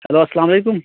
hello السَلامُ علیکم